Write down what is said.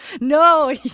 No